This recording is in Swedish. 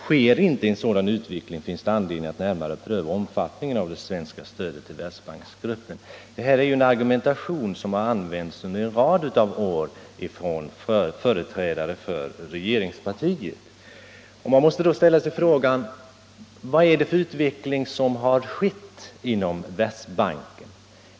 Sker inte en sådan utveckling finns det anledning att närmare pröva omfattningen av det svenska stödet till världsbanksgruppen.” Detta är en argumentation som har använts under en rad år av företrädare för regeringspartiet. Man måste då ställa sig frågan: Vilken utveckling har skett inom Världsbanken?